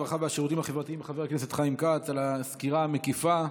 הרווחה והשירותים החברתיים חבר הכנסת חיים כץ על הסקירה המקיפה.